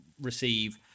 receive